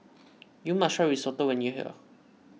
you must try Risotto when you are here